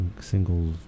single